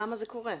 למה זה קורה?